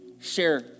share